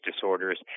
disorders